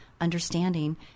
understanding